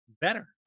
better